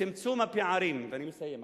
צמצום הפערים, ואני מסיים עכשיו,